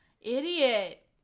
idiot